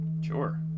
sure